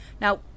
Now